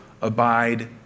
abide